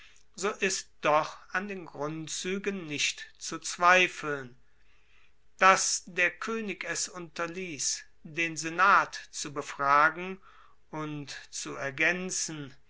so ist doch an den grundzuegen nicht zu zweifeln dass der koenig es unterliess den senat zu befragen und zu ergaenzen